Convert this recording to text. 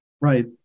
Right